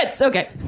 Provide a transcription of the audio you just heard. Okay